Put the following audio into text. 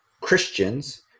Christians